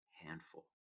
handful